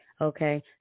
Okay